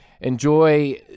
Enjoy